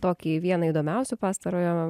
tokį vieną įdomiausių pastarojo